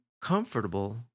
comfortable